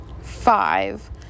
Five